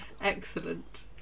Excellent